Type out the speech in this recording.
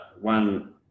one